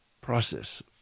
process